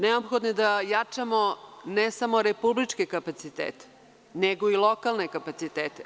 Neophodno je da jačamo ne samo republičke kapacitete, nego i lokalne kapacitete.